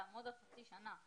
יעמוד על חצי שנה.